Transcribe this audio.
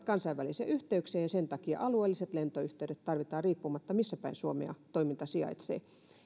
kansainvälisiä yhteyksiä ja sen takia alueelliset lentoyhteydet tarvitaan riippumatta siitä missä päin suomea toiminta sijaitsee